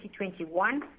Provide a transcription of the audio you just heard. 2021